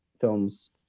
films